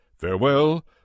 Farewell